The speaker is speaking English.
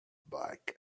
bike